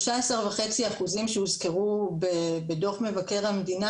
13.5% שהוזכרו בדוח מבקר המדינה,